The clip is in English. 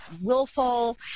willful